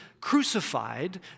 crucified